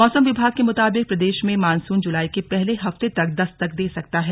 मौसम विभाग के मुताबिक प्रदेश में मॉनसुन जुलाई के पहले हफ्ते तक दस्तक दे सकता है